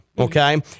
Okay